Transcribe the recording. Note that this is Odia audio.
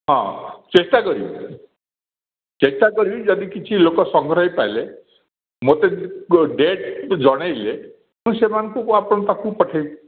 ହଁ ଚେଷ୍ଟା କରିବି ଚେଷ୍ଟା କରିବି ଯଦି କିଛି ଲୋକ ସଂଗ୍ରହ ହୋଇପାରିଲେ ମୋତେ ଡେଟ୍ ଜଣାଇଲେ ମୁଁ ସେମାନଙ୍କୁ ଆପଣଙ୍କ ପାଖକୁ ପଠାଇବି